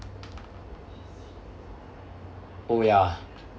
oh ya